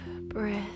breath